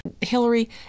Hillary